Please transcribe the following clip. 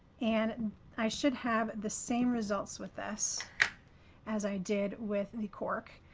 and i should have the same results with this as i did with the cork.